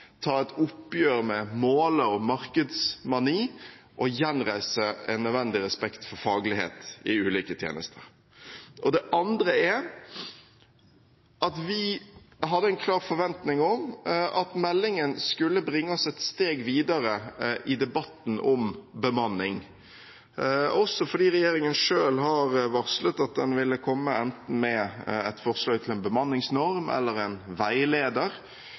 ta et oppgjør med måle- og markedsmani og gjenreise en nødvendig respekt for faglighet i de ulike tjenester. Det andre er at vi hadde en klar forventning om at meldingen skulle bringe oss et steg videre i debatten om bemanning, også fordi regjeringen selv har varslet at den ville komme enten med et forslag til en bemanningsnorm eller en veileder